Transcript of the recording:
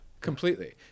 completely